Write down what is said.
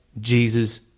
Jesus